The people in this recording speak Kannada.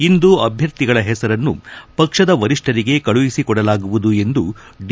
ಇಂದು ಅಭ್ಲರ್ಥಿಗಳ ಹೆಸರನ್ನು ಪಕ್ಷದ ವರಿಷ್ಠರಿಗೆ ಕಳುಹಿಸಿಕೊಡಲಾಗುವುದು ಎಂದು ಡಿ